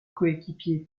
coéquipier